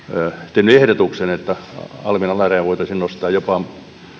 tehnyt ehdotuksen että alvin alaraja voitaisiin nostaa jopa